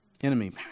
Enemy